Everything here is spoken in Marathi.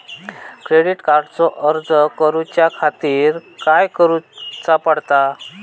क्रेडिट कार्डचो अर्ज करुच्या खातीर काय करूचा पडता?